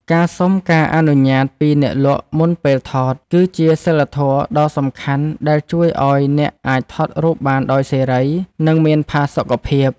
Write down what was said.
ការសុំការអនុញ្ញាតពីអ្នកលក់មុនពេលថត គឺជាសីលធម៌ដ៏សំខាន់ដែលជួយឱ្យអ្នកអាចថតរូបបានដោយសេរី និងមានផាសុកភាព។